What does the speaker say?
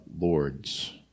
Lord's